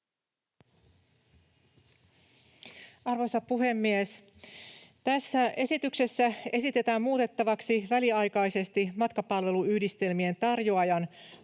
Arvoisa puhemies! Tässä esityksessä esitetään muutettavaksi väliaikaisesti matkapalveluyhdistelmien tarjoajan